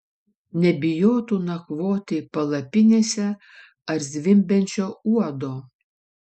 nebijotų nakvoti palapinėse ar zvimbiančio uodo